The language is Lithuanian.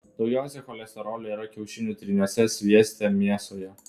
daugiausiai cholesterolio yra kiaušinių tryniuose svieste mėsoje